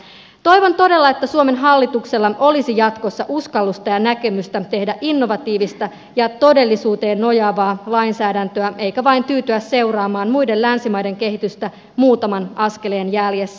toivon todella että suomen hallituksella olisi jatkossa uskallusta ja näkemystä tehdä innovatiivista ja todellisuuteen nojaavaa lainsäädäntöä eikä vain tyytyä seuraamaan muiden länsimaiden kehitystä muutaman askeleen jäljessä